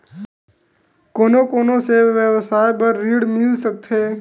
कोन कोन से व्यवसाय बर ऋण मिल सकथे?